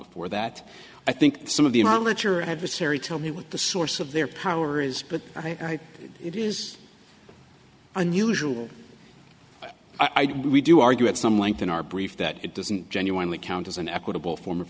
before that i think some of the monitor adversary tell me what the source of their power is but it is unusual i do we do argue at some length in our brief that it doesn't genuinely count as an equitable form of